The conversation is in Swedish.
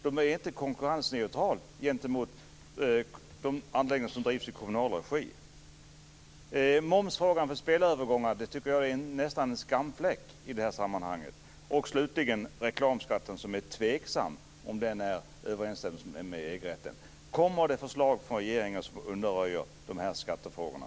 Det är ju inte konkurrensneutralt gentemot de anläggningar som drivs i kommunal regi. Momsfrågan vid spelarövergångar tycker jag nästan är en skamfläck i det här sammanhanget. Slutligen har vi reklamskatten, som det är tveksamt om den är i överensstämmelse med EG-rätten. Kommer det förslag från regeringen som undanröjer de här skatteproblemen?